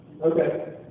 Okay